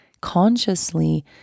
consciously